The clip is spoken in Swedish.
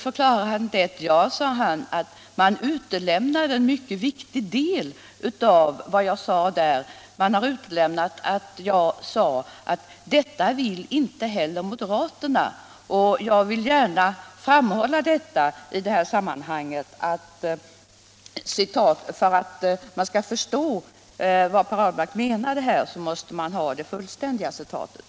Ja, sade han, man utelämnade en mycket viktig del av vad jag sade, nämligen att ”detta vill inte heller moderaterna”. Jag har med detta velat framhålla att man för att förstå vad Per Ahlmark menade måste ta med hela citatet.